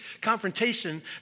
confrontation